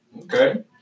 Okay